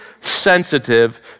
sensitive